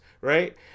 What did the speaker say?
right